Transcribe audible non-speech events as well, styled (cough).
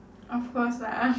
of course lah (laughs)